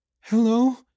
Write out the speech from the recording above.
Hello